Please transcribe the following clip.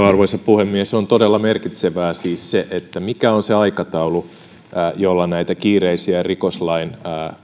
arvoisa puhemies on todella merkitsevää siis se mikä on se aikataulu jolla näitä kiireellisiä rikoslain